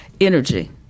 energy